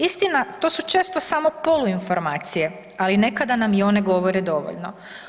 Istina, to su često samo poluinformacije, ali nekada nam i one govore dovoljno.